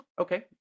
okay